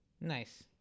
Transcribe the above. Nice